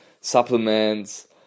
supplements